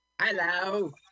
hello